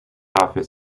dafür